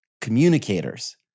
communicators